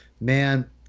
Man